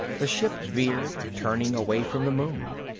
the ship veered, turning away from the moon.